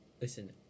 Listen